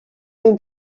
ben